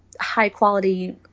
high-quality